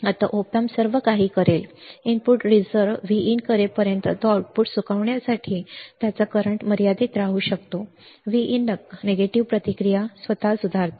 तर आता op amp सर्वकाही करेल इनपुट रिझर्व्ह Vin करेपर्यंत तो आउटपुट सुकविण्यासाठी त्याच्या करंट मर्यादेत राहू शकतो Vin नकारात्मक नकारात्मक प्रतिक्रिया स्वतः सुधारते